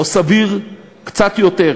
או סביר קצת יותר.